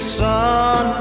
son